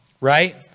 right